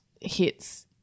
hits